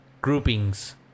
groupings